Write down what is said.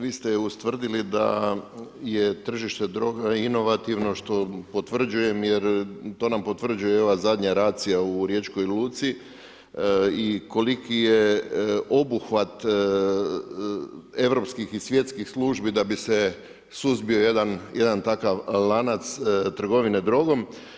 Vi ste ustvrdili da je tržište droga inovativno što potvrđujem jer to nam potvrđuje i ova zadnja racija u Riječkoj luci i koliki je obuhvat europskih i svjetskih službi da bi se suzbio jedan takav lanac trgovine drogom.